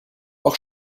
auch